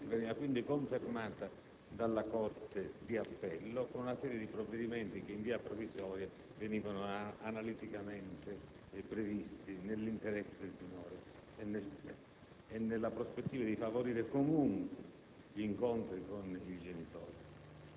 L'ordinanza del 2007 veniva quindi confermata dalla corte d'appello con una serie di provvedimenti che, in via provvisoria, venivano analiticamente previsti nell'interesse del minore e nella prospettiva di favorire comunque